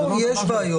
רבותיי, ברור, יש בעיות.